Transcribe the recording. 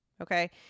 Okay